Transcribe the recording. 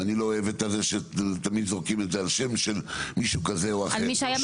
ואני לא אוהב את זה שתמיד זורקים את זה על שם של מישהו כזה או אחר.